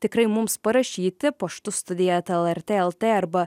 tikrai mums parašyti paštu studija eta lrt elta arba